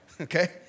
okay